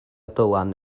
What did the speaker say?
dylan